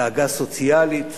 דאגה סוציאלית,